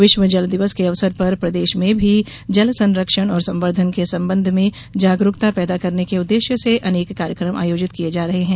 विश्व जल दिवस के अवसर पर प्रदेश में भी जल संरक्षण और संर्वधन के संबंध में जागरूकता पैदा करने के उद्देश्य से अनेक कार्यक्रम आयोजित किये जा रहे हैं